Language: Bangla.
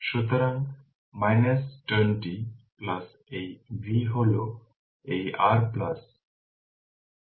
সুতরাং 20 এই V হল এই r এই